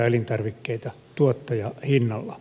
elintarvikkeita tuottajahinnalla